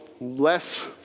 less